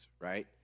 right